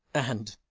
and,